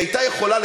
היא הייתה יכולה,